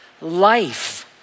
Life